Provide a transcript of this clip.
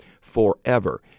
forever